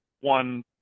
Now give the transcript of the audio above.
one